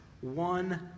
one